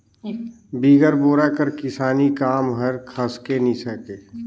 बिगर बोरा कर किसानी काम हर खसके नी सके